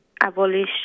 abolish